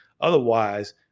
Otherwise